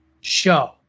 show